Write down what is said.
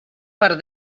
per